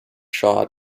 shaw